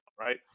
Right